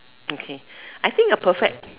okay I think a perfect